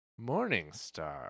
Morningstar